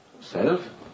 Self